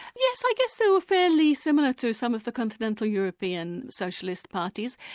yes, i guess they were fairly similar to some of the continental european socialist parties.